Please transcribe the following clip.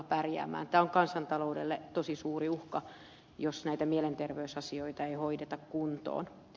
tämä on kansantaloudelle tosi suuri uhka jos näitä mielenterveysasioita ei hoideta kuntoon